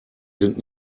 sind